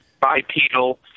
bipedal